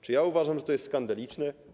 Czy uważam, że to jest skandaliczne?